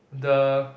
the